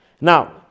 Now